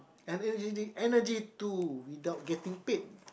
and the really energy to without getting paid